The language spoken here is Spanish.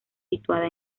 situada